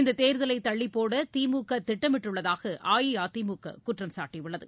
இந்த தேர்தலை தள்ளிப்போட திமுக திட்டமிட்டுள்ளதாக அஇஅதிமுக குற்றம் சாட்டியுள்ளது